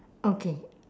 okay